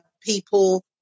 people